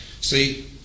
See